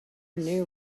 new